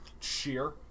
sheer